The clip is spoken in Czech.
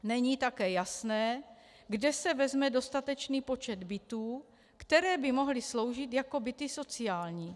Není také jasné, kde se vezme dostatečný počet bytů, které by mohly sloužit jako byty sociální.